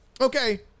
Okay